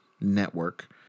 network